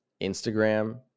Instagram